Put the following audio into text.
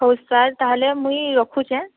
ହଉ ସାର୍ ତା'ହେଲେ ମୁଇଁ ରଖୁଛେଁ